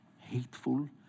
hateful